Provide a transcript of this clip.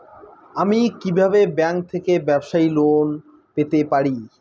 আমি কি কিভাবে ব্যাংক থেকে ব্যবসায়ী লোন পেতে পারি?